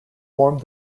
formed